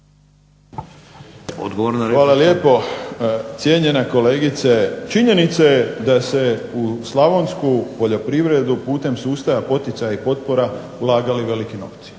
Hvala lijepo cijenjena kolegice. Činjenica je da se u slavonsku poljoprivredu, putem sustava poticaja i potpora ulagali veliki novci.